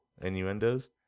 innuendos